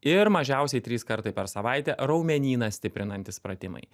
ir mažiausiai trys kartai per savaitę raumenyną stiprinantys pratimai